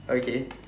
okay